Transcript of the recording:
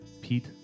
Pete